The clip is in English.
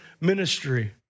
ministry